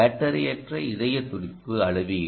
பேட்டரியற்ற இதய துடிப்பு அளவீடு